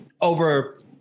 over